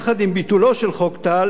יחד עם ביטולו של חוק טל,